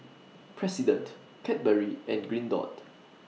President Cadbury and Green Dot